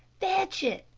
fetch it,